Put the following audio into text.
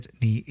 ni